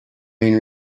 main